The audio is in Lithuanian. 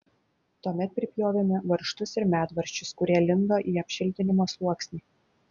tuomet pripjovėme varžtus ir medvaržčius kurie lindo į apšiltinimo sluoksnį